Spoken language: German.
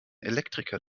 elektriker